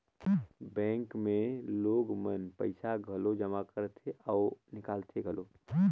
bank मे लोग मन पइसा घलो जमा करथे अउ निकालथें घलो